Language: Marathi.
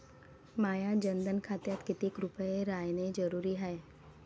माह्या जनधन खात्यात कितीक रूपे रायने जरुरी हाय?